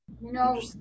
No